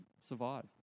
survive